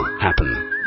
happen